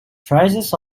prices